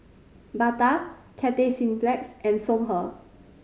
Bata Cathay Cineplex and Songhe